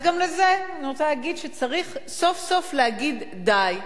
אז גם לזה אני רוצה להגיד שצריך סוף-סוף להגיד די,